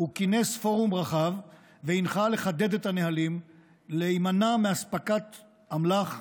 הוא כינס פורום רחב והנחה לחדד את הנהלים ולהימנע מאספקת אמל"ח,